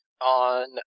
on